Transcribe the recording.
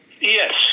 Yes